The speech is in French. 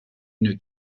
une